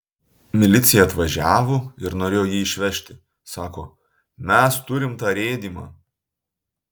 milicija atvažiavo ir norėjo jį išvežti sako mes turim tą rėdymą